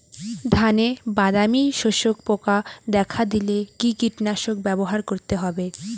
ধানে বাদামি শোষক পোকা দেখা দিলে কি কীটনাশক ব্যবহার করতে হবে?